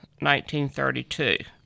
1932